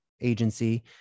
agency